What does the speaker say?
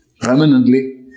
permanently